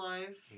Life